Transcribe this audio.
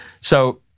So-